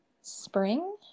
spring